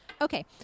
Okay